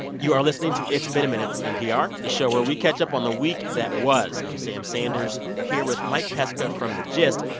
you are listening to it's been a minute from npr, the show where we catch up on the week that was. i'm sam sanders. we're here with mike pesca from the gist.